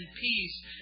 peace